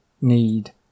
Need